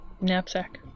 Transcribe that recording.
knapsack